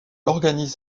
organise